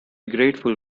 grateful